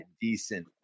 decent